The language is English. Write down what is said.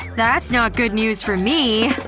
that's not good news for me.